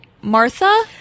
Martha